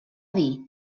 dir